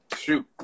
shoot